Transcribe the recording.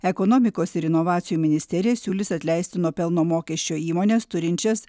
ekonomikos ir inovacijų ministerija siūlys atleisti nuo pelno mokesčio įmones turinčias